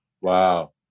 Wow